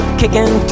kicking